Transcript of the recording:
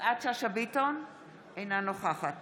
אינה נוכחת